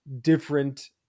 different